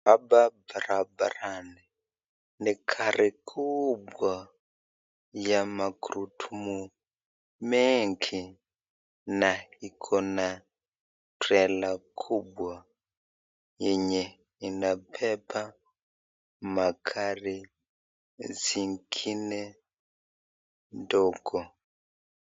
Hapa barabarani ni gari kubwa ya magurudumu mengi na iko na trela kubwa yenye inabeba magari zingine ndogo.